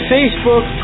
Facebook